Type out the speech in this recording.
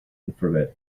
infrared